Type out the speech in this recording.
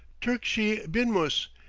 turkchi binmus!